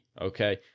Okay